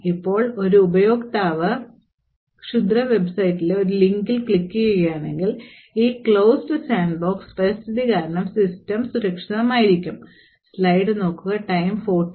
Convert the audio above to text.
ഇപ്പോൾ ഒരു ഉപയോക്താവ് ക്ഷുദ്ര വെബ്സൈറ്റിലെ ഒരു ലിങ്കിൽ ക്ലിക്കുചെയ്യുകയാണെങ്കിൽ ഈ അടച്ച സാൻഡ്ബോക്സ് പരിതസ്ഥിതി കാരണം സിസ്റ്റം സുരക്ഷിതമായി തുടരും